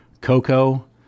cocoa